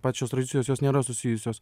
pačios tradicijos jos nėra susijusios